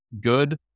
good